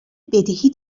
بدهی